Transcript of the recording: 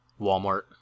Walmart